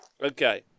Okay